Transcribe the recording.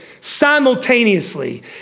Simultaneously